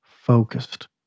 focused